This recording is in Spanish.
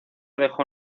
dejó